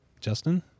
Justin